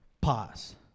pause